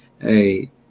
hey